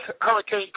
Hurricane